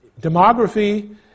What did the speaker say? Demography